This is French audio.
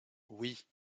oui